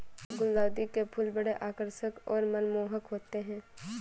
गुलदाउदी के फूल बड़े आकर्षक और मनमोहक होते हैं